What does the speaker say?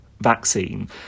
vaccine